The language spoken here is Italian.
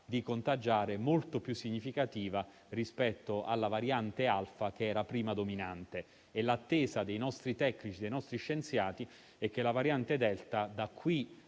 di contagiare molto più significativa rispetto alla variante Alfa, che era prima dominante. L'attesa dei nostri tecnici e dei nostri scienziati è che la variante Delta, da qui